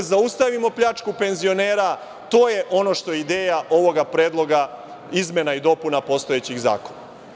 Zaustavimo pljačku penzionera, to je ono što je ideja ovog Predloga izmena i dopuna postojećeg zakona.